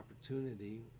opportunity